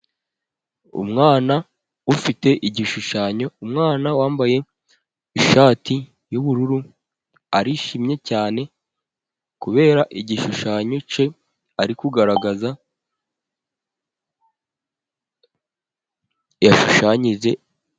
Umwana ufite igishushanyo, umwana wambaye ishati y'ubururu arishimye cyane kubera igishushanyo cye arikugaragaza yashushanyije.